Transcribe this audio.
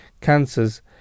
cancers